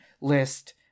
list